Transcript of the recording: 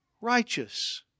righteous